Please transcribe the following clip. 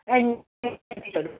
अनि एडमिसन फिसहरू